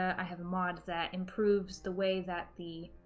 i have a mod that improves the way that the